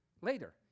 Later